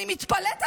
אני מתפלאת עלייך,